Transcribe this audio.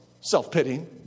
Self-pitying